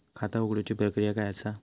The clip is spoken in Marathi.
खाता उघडुची प्रक्रिया काय असा?